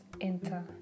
enter